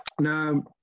Now